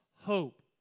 hope